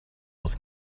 was